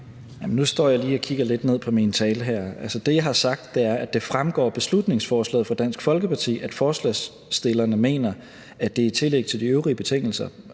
Nu står jeg lige og kigger lidt ned på min tale her. Altså det, jeg har sagt, er, at det fremgår af beslutningsforslaget fra Dansk Folkeparti, at forslagsstillerne mener, at det er i tillæg til de øvrige betingelser